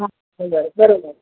हां बरं बरोबर